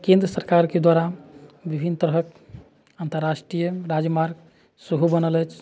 केन्द्र सरकारके द्वारा विभिन्न तरहक अंतरराष्ट्रीय राजमार्ग सेहो बनल अछि